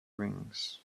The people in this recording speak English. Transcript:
rings